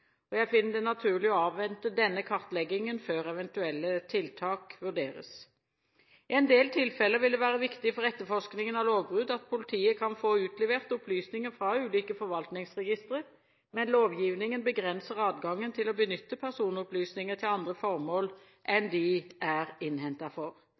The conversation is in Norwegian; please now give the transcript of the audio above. Jeg finner det naturlig å avvente denne kartleggingen før eventuelle tiltak vurderes. I en del tilfeller vil det være viktig for etterforskningen av lovbrudd at politiet kan få utlevert opplysninger fra ulike forvaltningsregistre, men lovgivningen begrenser adgangen til å benytte personopplysninger til andre formål enn de er innhentet for. I straffeprosessloven kapittel 16 er det åpnet for